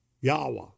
Yahweh